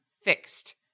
fixed